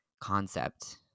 concept